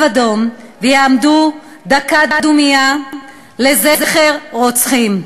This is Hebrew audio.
אדום ויעמדו דקת דומייה לזכר רוצחים.